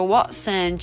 Watson